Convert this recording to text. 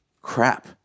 crap